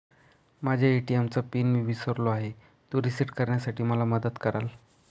माझ्या ए.टी.एम चा पिन मी विसरलो आहे, तो रिसेट करण्यासाठी मला मदत कराल?